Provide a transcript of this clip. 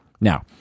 Now